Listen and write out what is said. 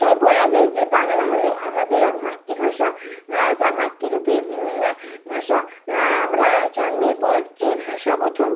তাই বলা যায় যে বাংলা হল আমাদের এক মাতৃভাষা যা মাতৃরূপী ভাষা আমরা জন্মের পর যে ভাষা প্রথম